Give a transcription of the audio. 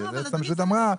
מה שהיועצת המשפטית אמרה,